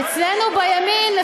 אצלנו בימין,